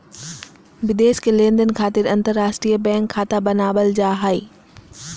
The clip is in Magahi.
विदेश के लेनदेन खातिर अंतर्राष्ट्रीय बैंक खाता बनावल जा हय